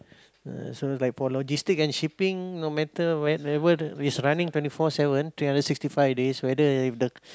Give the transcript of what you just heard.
uh so like for logistic and shipping no matter whenever the is running twenty four seven three hundred sixty five days whether if the